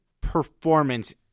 performance